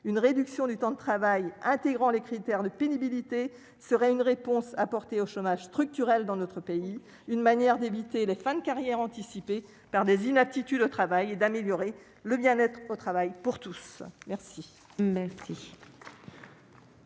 Une réduction du temps de travail intégrant les critères de pénibilité serait une réponse au problème du chômage structurel dans notre pays, une manière d'éviter les fins de carrière anticipées dues à des inaptitudes au travail et d'améliorer le bien-être au travail pour tous. La